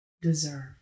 deserve